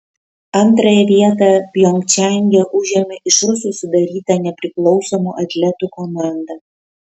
antrąją vietą pjongčange užėmė iš rusų sudaryta nepriklausomų atletų komanda